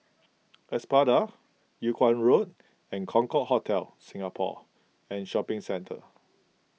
Espada Yung Kuang Road and Concorde Hotel Singapore and Shopping Centre